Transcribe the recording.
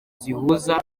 zihuza